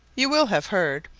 you will have heard,